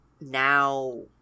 now